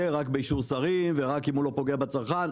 רק באישור שרים ורק אם הוא לא פוגע בצרכן.